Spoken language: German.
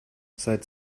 seit